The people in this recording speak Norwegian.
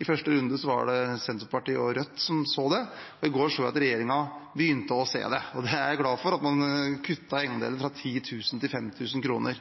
I første runde var det Senterpartiet og Rødt som så det, i går så jeg at regjeringen begynte å se det. Det er jeg glad for – at man kutter egenandelen fra 10 000 kr til 5 000 kr.